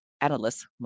analysts